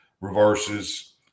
reverses